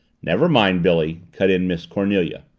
never mind, billy, cut in miss cornelia.